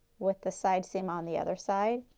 with the side seam on the other side.